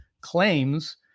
claims